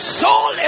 soul